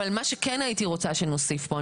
מה שכן הייתי רוצה שנוסיף פה,